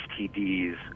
STDs